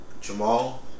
Jamal